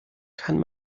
kann